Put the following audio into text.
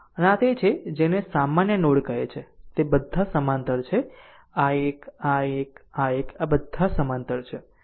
અને આ તે છે જેને સામાન્ય નોડ કહે છે તે બધા સમાંતર છે આ એક આ એક આ એક બધા સમાંતર છે